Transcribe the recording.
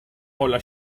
hålla